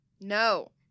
No